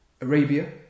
Arabia